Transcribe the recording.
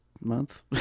month